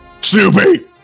Snoopy